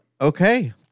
Okay